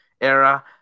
era